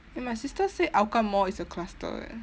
eh my sister say hougang mall is a cluster eh